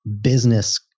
business